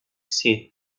seat